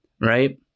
right